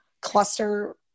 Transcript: cluster